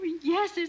yes